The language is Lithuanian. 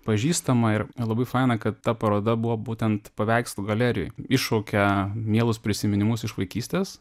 pažįstama ir labai faina kad ta paroda buvo būtent paveikslų galerijoj iššaukia mielus prisiminimus iš vaikystės